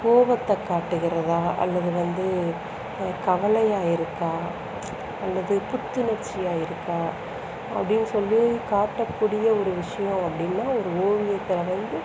கோவத்தை காட்டுகிறதா அல்லது வந்து கவலையாக இருக்கா அல்லது புத்துணர்ச்சியாக இருக்கா அப்படின்னு சொல்லி காட்டக்கூடிய ஒரு விஷயம் அப்படினா ஒரு ஓவியத்தில் வந்து